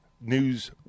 news